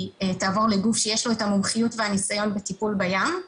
תעבור לגוף שיש לו את המומחיות והניסיון בטיפול בים.